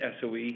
SOE